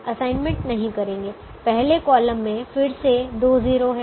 assignment नहीं करेंगे पहले कॉलम में फिर से दो 0 हैं